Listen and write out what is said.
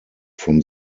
from